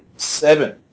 Seven